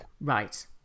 Right